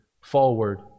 forward